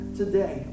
today